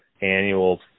annual